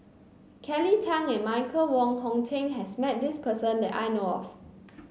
Kelly Tang and Michael Wong Hong Teng has met this person that I know of